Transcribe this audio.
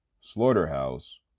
Slaughterhouse